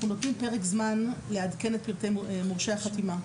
אנחנו נותנים פרק זמן לעדכן את פרטי מורשי החתימה,